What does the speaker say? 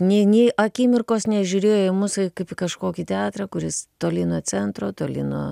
nei nei akimirkos nežiūrėjo į mus kaip į kažkokį teatrą kuris toli nuo centro toli no